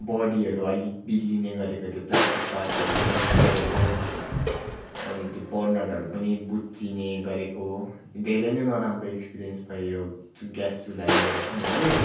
बडीहरू अलिक बिल्लिने गरेको त्यो प्लास्टिक पार्ट्सहरू बिल्लिने गरेको अनि त्यो बर्नरहरू पनि बुच्चिने गरेको धेरै नै नराम्रो एक्सपिरेन्स भयो यो ग्यास चुल्हा लिएर चाहिँ मैले